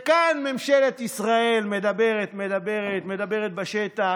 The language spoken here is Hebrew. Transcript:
וכאן, ממשלת ישראל מדברת, מדברת, מדברת בשטח.